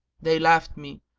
they left me,